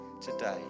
today